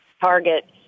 Target